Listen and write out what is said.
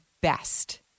best